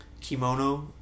kimono